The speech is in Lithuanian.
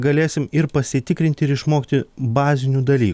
galėsim ir pasitikrinti ir išmokti bazinių dalykų